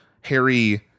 Harry